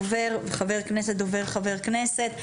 דובר, חבר כנסת, דובר, חבר כנסת.